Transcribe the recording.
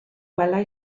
welai